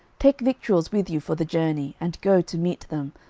take victuals with you for the journey, and go to meet them,